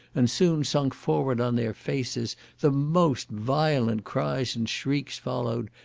and soon sunk forward on their faces the most violent cries and shrieks followed,